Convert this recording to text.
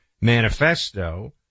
manifesto